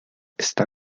está